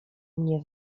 mnie